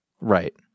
Right